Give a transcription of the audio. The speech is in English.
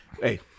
Hey